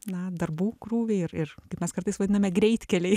na darbų krūviai ir ir kaip mes kartais vadiname greitkeliai